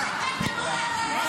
לא